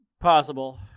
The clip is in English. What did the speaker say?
Possible